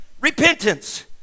repentance